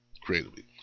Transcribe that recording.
creatively